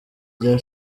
rya